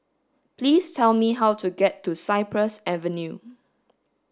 please tell me how to get to Cypress Avenue